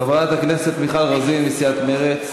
חברת הכנסת מיכל רוזין מסיעת מרצ,